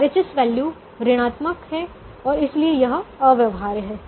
RHS value ऋणात्मक हैं और इसलिए यह अव्यवहार्य है